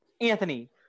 Anthony